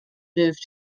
move